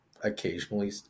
occasionally